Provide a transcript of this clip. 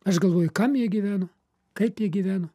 aš galvoju kam jie gyveno kaip jie gyveno